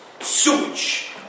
sewage